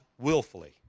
willfully